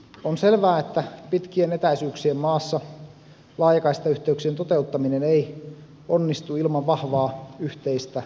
on selvää että pitkien etäisyyksien maassa laajakaistayhteyksien toteuttaminen ei onnistu ilman vahvaa yhteistä panosta